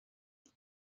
eins